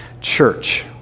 church